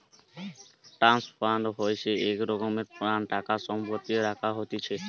trust fund হইসে এক রকমের ফান্ড টাকা সম্পত্তি রাখাক হতিছে